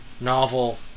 novel